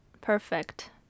perfect